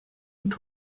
und